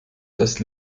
das